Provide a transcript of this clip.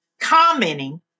commenting